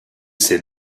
c’est